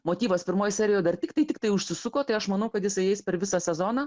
motyvas pirmoj serijoj dar tiktai tiktai užsisuko tai aš manau kad jisai eis per visą sezoną